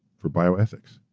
for bioethics.